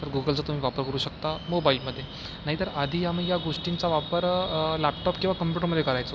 तर गुगलचा तुम्ही वापर करू शकता मोबाईलमध्ये नाहीतर आधी आम्ही या गोष्टींचा वापर लॅपटाॅप किंवा कॉम्प्यूटरमध्ये करायचो